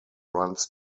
runs